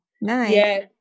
Nice